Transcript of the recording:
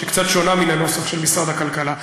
שקצת שונה מן הנוסח של משרד הכלכלה.